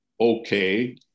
okay